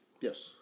Yes